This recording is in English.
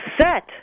set